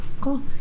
Cool